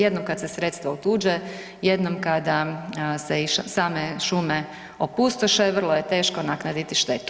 Jednom kada se sredstva otuđe, jednom kada se i same šume opustoše, vrlo je teško naknaditi štetu.